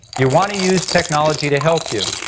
you want to use technology to help you.